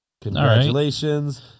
Congratulations